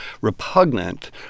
repugnant